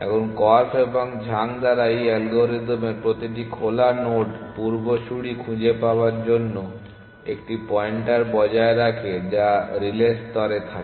এখন কর্ফ এবং ঝাং দ্বারা এই অ্যালগরিদমে প্রতিটি খোলা নোড পূর্বসূরি খুঁজে পাওয়ার জন্য একটি পয়েন্টার বজায় রাখে যা রিলে স্তরে থাকে